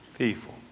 people